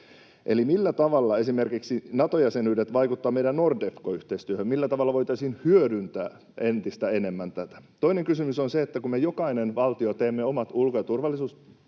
Eli millä tavalla esimerkiksi Nato-jäsenyydet vaikuttavat meidän Nordefco-yhteistyöhön? Millä tavalla voitaisiin hyödyntää entistä enemmän tätä? Toinen kysymys on se, että kun me jokainen valtio teemme omat ulko- ja turvallisuusselontekomme,